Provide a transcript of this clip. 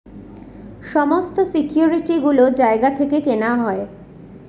সমস্ত সিকিউরিটি গুলো জায়গা থেকে কেনা হয়